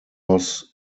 was